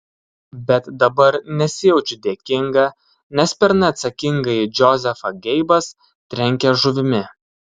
bet dabar nesijaučiu dėkinga nes per neatsakingąjį džozefą geibas trenkia žuvimi